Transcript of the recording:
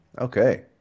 Okay